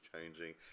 changing